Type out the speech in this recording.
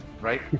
right